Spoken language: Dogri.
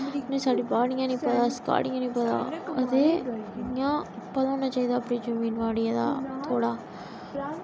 साढ़ी बाड़ियां नी पता अस काड़ियां दा नी पता आं ते इ'यां पता होना चाहिदा अपनी जमीनां बड़ियां दे थोह्ड़ा